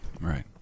Right